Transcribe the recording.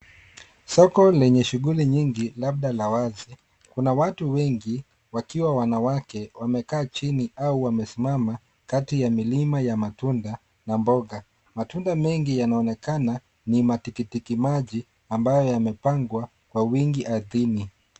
Soko lenye shungli nyingi labda la wazi. Kuna watu wengi wakiwa wanawake wamekaa chini au wamesimasima kati ya milima ya matunda na mboga. Matunda mengi yanaonekana ni matikitikimaji ambayo yamepangwa Kwa wingi ardhini.